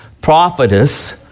prophetess